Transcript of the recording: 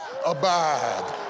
Abide